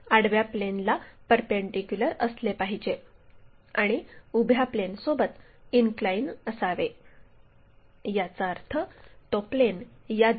हे आडव्या प्लेनला परपेंडीक्युलर असले पाहिजे आणि उभ्या प्लेनसोबत इनक्लाइन असावे याचा अर्थ तो प्लेन या दिशेत असू शकतो